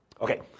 Okay